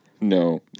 No